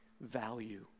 value